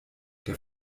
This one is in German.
der